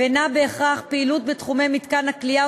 ואינה בהכרח פעילות בתחומי מתקן הכליאה